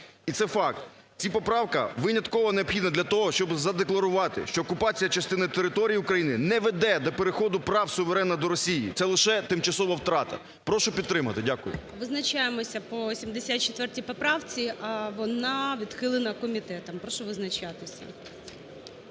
і це факт. Ця поправка винятково необхідна для того, щоб задекларувати, що окупація частини території України не переходу прав суверена до Росії. Це лише тимчасова втрата. Прошу підтримати. Дякую. ГОЛОВУЮЧИЙ. Визначаємося по 74 поправці. Вона відхилена комітетом. Прошу визначатися.